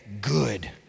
good